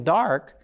dark